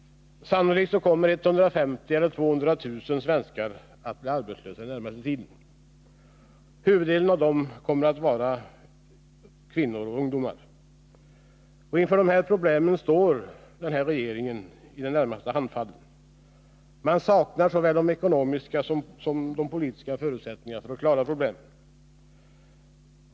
Sannolikt kommer 150 000-200 000 svenskar att bli arbetslösa den närmaste tiden. Huvuddelen av dem kommer att vara kvinnor och ungdomar. Inför dessa problem står denna regering i det närmaste handfallen. Den saknar såväl ekonomiska som politiska förutsättningar att klara problemen.